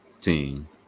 Team